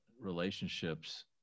relationships